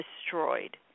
destroyed